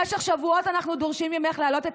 במשך שבועות אנחנו דורשים ממך להעלות את